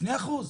שני אחוז.